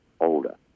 older